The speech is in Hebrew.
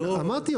אמרתי,